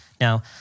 now